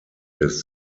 des